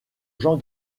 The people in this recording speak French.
jean